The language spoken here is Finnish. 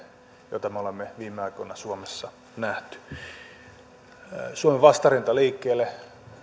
joita me olemme viime aikoina suomessa nähneet suomen vastarintaliikkeelle